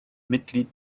mitglied